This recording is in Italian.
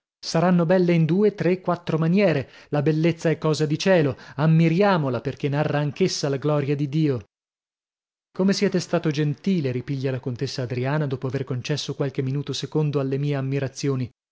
saranno belle in due tre quattro maniere la bellezza è cosa di cielo ammiriamola perchè narra anch'essa la gloria di dio come siete stato gentile ripiglia la contessa adriana dopo aver concesso qualche minuto secondo alle mie ammirazioni